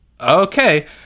Okay